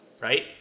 right